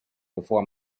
before